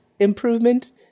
improvement